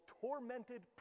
tormented